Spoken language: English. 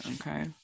okay